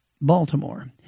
Baltimore